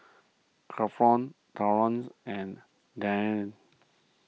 Grafton Terance and Dayne